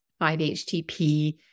5-HTP